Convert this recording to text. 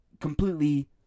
completely